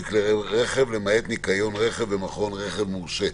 כלי רכב למעט ניקיון רכב במכון רכב מורשה".